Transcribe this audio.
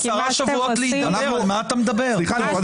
על מה אתה מדבר?